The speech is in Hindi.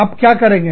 आप क्या करेंगे